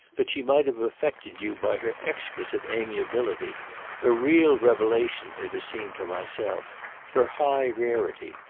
that she might have affected you by her exquisite amiability a real revelation, it has seemed to myself her high rarity,